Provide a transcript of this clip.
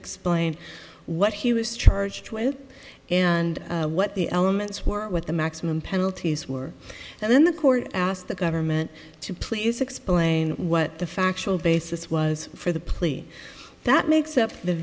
explain what he was charged with and what the elements were with the maximum penalties were and then the court asked the government to please explain what the factual basis was for the plea that makes up the